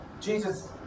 Jesus